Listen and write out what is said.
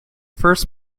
first